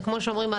כמו שאומרים,